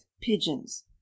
pigeons